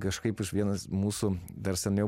kažkaip iš vienas mūsų dar seniau